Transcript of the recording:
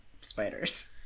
spiders